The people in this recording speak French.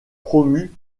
promu